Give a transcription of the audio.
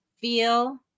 feel